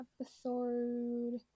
episode